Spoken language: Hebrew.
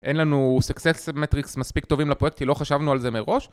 אין לנו success matrix מספיק טובים לפרויקט, כי לא חשבנו על זה מראש.